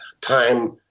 Time